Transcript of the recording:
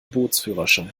bootsführerschein